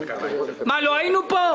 מה, לא היינו פה?